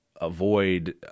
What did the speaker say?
avoid